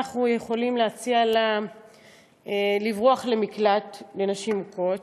אנחנו יכולים להציע לה לברוח למקלט לנשים מוכות,